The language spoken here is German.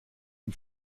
dem